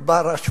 אמר לא להפריע,